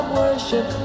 worship